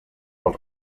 pel